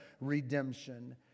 redemption